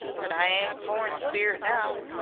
but i ain't pore in spirit now.